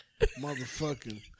motherfucking